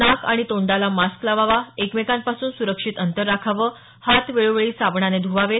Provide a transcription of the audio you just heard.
नाक आणि तोंडाला मास्क लावावा एकमेकांपासून सुरक्षित अंतर राखावं हात वेळोवेळी साबणाने धुवावेत